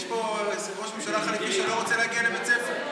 יש פה ראש ממשלה חליפי שלא רוצה להגיע לבית הספר.